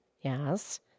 Yes